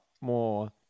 more